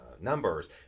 numbers